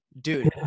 dude